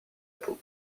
peau